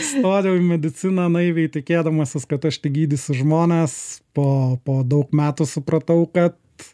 stojau į mediciną naiviai tikėdamasis kad aš tik gydysiu žmonespo po daug metų supratau kad